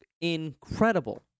incredible